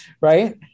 right